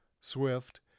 SWIFT